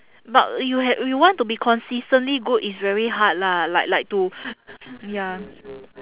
but you had you want to be consistently good it's very hard lah like like to ya